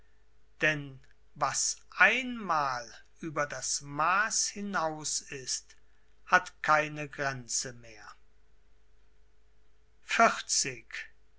denn was einmal über das maß hinaus ist hat keine gränze mehr